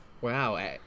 Wow